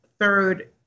third